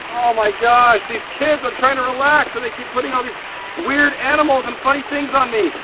oh my gosh. these kids! i'm trying to relax, and they keep putting all these weird animals and funny things on me.